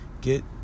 Get